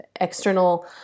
external